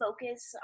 focus